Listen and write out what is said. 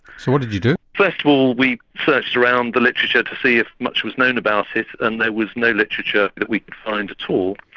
so what did you do? first of all we searched around the literature to see if much was known about it and there was no literature that we could find at all.